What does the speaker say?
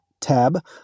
tab